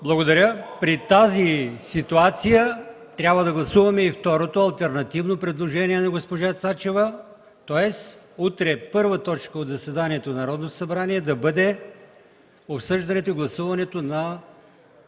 е прието. При тази ситуация трябва да гласуваме и второто алтернативно предложение на госпожа Цачева, тоест утре първа точка от заседанието на Народното събрание да бъде обсъждането и гласуването на